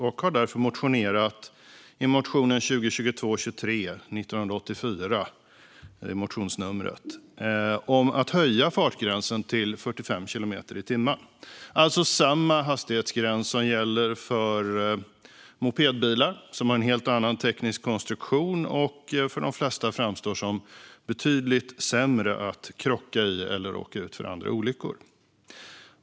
Jag har därför i motionen 2022/23:1984 motionerat om att höja hastighetsgränsen till 45 kilometer i timmen, alltså samma som för mopedbilar, som har en helt annan teknisk konstruktion och som för de flesta framstår som betydligt sämre när det gäller krockar eller andra olyckor.